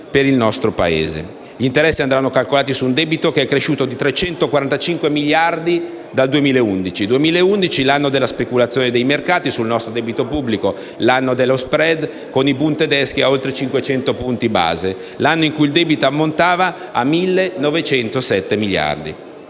per il nostro Paese. Gli interessi andranno calcolati su un debito che è cresciuto di 345 miliardi dal 2011, l'anno della speculazione dei mercati sul nostro debito pubblico e dello *spread* con i *bund* tedeschi oltre i 500 punti base; l'anno in cui il debito ammontava a 1.907 miliardi.